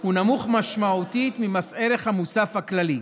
הוא נמוך משמעותית ממס הערך המוסף הכללי.